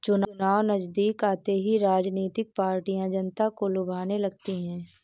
चुनाव नजदीक आते ही राजनीतिक पार्टियां जनता को लुभाने लगती है